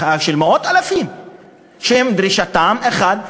מחאה של מאות אלפים שדרישתם אחת,